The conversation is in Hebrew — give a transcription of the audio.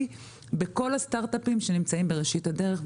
בכל הסטארטאפים שנמצאים בראשית הדרך.